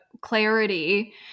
clarity